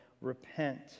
repent